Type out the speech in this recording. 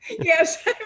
yes